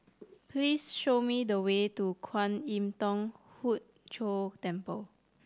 please show me the way to Kwan Im Thong Hood Cho Temple